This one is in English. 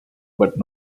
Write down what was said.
but